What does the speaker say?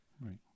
Right